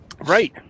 right